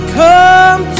come